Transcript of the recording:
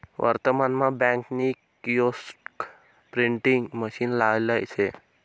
वर्तमान मा बँक नी किओस्क प्रिंटिंग मशीन लायेल शे